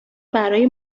برای